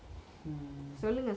hmm